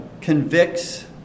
convicts